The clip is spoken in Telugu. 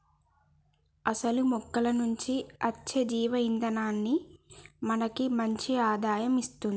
అసలు మొక్కల నుంచి అచ్చే జీవ ఇందనాన్ని మనకి మంచి ఆదాయం ఇస్తుంది